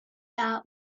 out